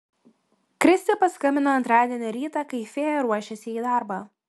kristė paskambino antradienio rytą kai fėja ruošėsi į darbą